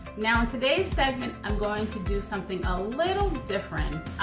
now in today's segment, i'm going to do something a little different.